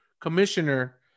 commissioner